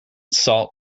salt